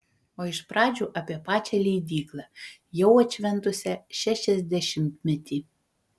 o iš pradžių apie pačią leidyklą jau atšventusią šešiasdešimtmetį